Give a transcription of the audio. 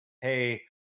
hey